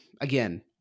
again